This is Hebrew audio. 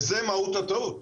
וזו מהות הטעות,